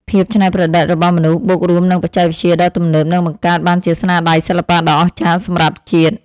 ភាពច្នៃប្រឌិតរបស់មនុស្សបូករួមនឹងបច្ចេកវិទ្យាដ៏ទំនើបនឹងបង្កើតបានជាស្នាដៃសិល្បៈដ៏អស្ចារ្យសម្រាប់ជាតិ។